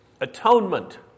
atonement